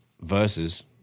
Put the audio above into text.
versus